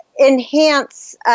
enhance